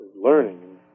learning